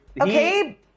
Okay